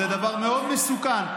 זה דבר מאוד מסוכן.